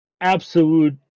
absolute